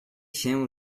się